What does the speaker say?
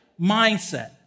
mindset